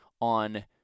on